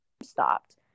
stopped